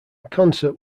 concert